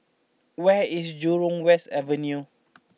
where is Jurong West Avenue